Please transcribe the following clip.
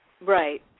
Right